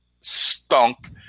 stunk